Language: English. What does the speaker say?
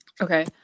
Okay